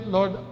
Lord